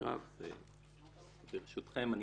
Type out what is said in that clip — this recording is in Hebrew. ברשותכם,